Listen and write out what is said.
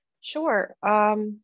Sure